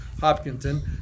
Hopkinton